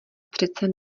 přece